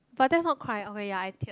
but that's not cry okay ya I teared